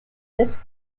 this